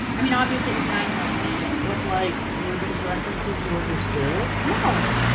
i mean, obviously it was nine year old me. but like were these references you understood? no,